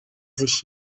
sich